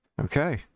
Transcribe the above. Okay